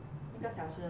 一个小时了